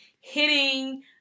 hitting